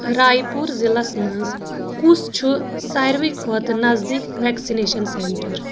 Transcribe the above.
راے پوٗر ضلعس منٛز کُس چھُ ساروی کھۄتہٕ نزدیٖک ویکسِنیشن سینٹر ؟